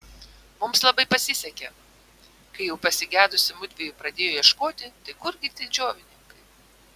mums labai pasisekė kai jau pasigedusi mudviejų pradėjo ieškoti tai kurgi tie džiovininkai